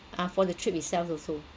ah for the trip itself also